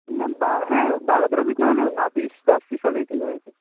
না হ্যাঁ বারো তেরো পিস না হলেও নয় পিস দশ পিস হলেই ঠিক হবে